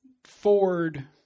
Ford